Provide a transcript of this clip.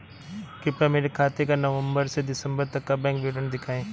कृपया मेरे खाते का नवम्बर से दिसम्बर तक का बैंक विवरण दिखाएं?